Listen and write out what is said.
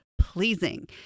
pleasing